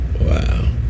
wow